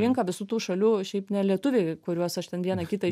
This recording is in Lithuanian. rinka visų tų šalių šiaip ne lietuviai kuriuos aš ten vieną kitą